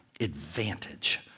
advantage